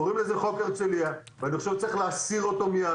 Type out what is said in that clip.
קוראים לזה חוק הרצליה ואני חושב שצריך להסיר אותו מיד.